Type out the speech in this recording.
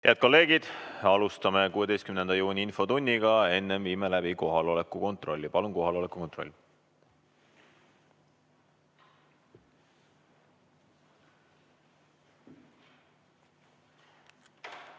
Head kolleegid! Alustame 16. juuni infotundi. Enne viime läbi kohaloleku kontrolli. Palun kohaloleku kontroll! Head kolleegid!